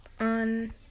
on